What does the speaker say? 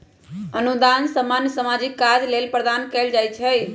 अनुदान सामान्य सामाजिक काज लेल प्रदान कएल जाइ छइ